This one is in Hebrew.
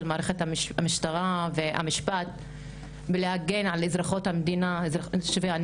של מערכת המשטרה והמשפט בלהגן על אזרחיות המדינה תושבי הנגב.